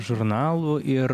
žurnalų ir